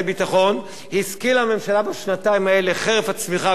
השכילה הממשלה בשנתיים האלה חרף הצמיחה הגדולה לגמור את